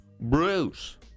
Bruce